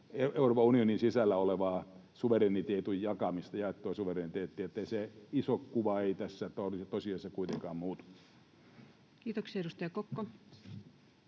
Euroopan unionin sisällä olevaa suvereniteetin jakamista, jaettua suvereniteettia. Että se iso kuva ei tässä tosiasiassa kuitenkaan muutu. Kiitoksia. — Edustaja Kokko.